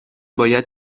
باید